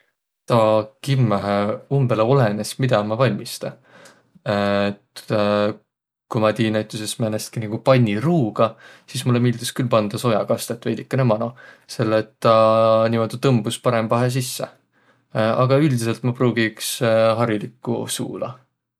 Taa kimmähe umbõlõ olõnõs, midä ma valmista. Ku ma tii näütüses nigu määnestki panniruuga, sis mullõ miildüs külh pandaq sojakastõt veidikene mano, selle et taa niimuudu tõmbus parõmbahe sisse. Aga üldsidselt ma pruugi iks harilikku suula.